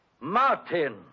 Martin